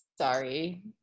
Sorry